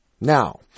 Now